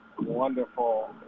wonderful